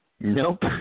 Nope